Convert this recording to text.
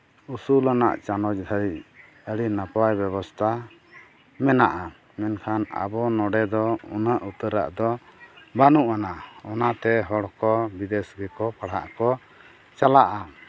ᱩᱥᱩᱞᱟᱱᱟᱜ ᱪᱟᱱᱟᱪ ᱫᱷᱟᱹᱨᱤᱡ ᱟᱹᱰᱤ ᱱᱟᱯᱟᱭ ᱵᱮᱵᱚᱥᱛᱷᱟ ᱢᱮᱱᱟᱜᱼᱟ ᱢᱮᱱᱠᱷᱟᱱ ᱟᱵᱚ ᱱᱚᱰᱮ ᱫᱚ ᱩᱱᱟᱹᱜ ᱩᱛᱟᱹᱨᱟᱜ ᱫᱚ ᱵᱟᱹᱱᱩᱜ ᱟᱱᱟ ᱚᱱᱟᱛᱮ ᱦᱚᱲ ᱠᱚ ᱵᱤᱫᱮᱥ ᱜᱮᱠᱚ ᱯᱟᱲᱦᱟᱜ ᱠᱚ ᱪᱟᱞᱟᱜᱼᱟ